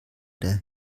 der